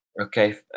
okay